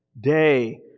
Day